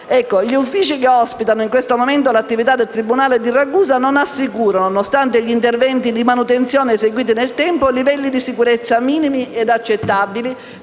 Gli uffici che ospitano in questo momento l'attività del tribunale di Ragusa, nonostante gli interventi di manutenzione, eseguiti nel tempo, non assicurano livelli di sicurezza minimi e accettabili